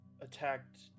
attacked